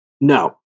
No